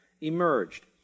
emerged